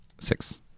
six